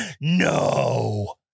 No